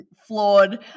flawed